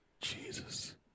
Jesus